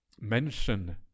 mention